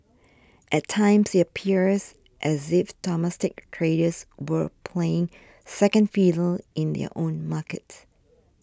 at times it appears as if domestic traders were playing second fiddle in their own market